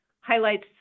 highlights